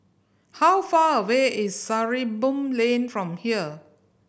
how far away is Sarimbun Lane from here